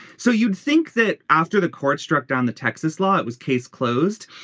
so you'd think that after the court struck down the texas law it was case closed.